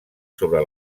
sobre